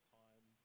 time